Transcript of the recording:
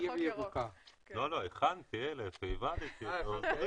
הכנתי הסתייגויות.